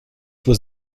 was